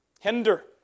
Hinder